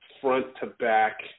front-to-back